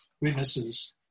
witnesses